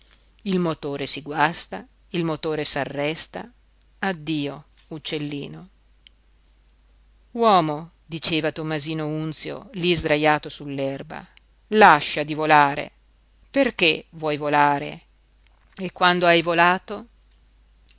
il motore si guasta il motore s'arresta addio uccellino uomo diceva tommasino unzio lí sdrajato sull'erba lascia di volare perché vuoi volare e quando hai volato